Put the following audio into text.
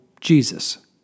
Jesus